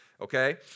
okay